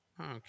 Okay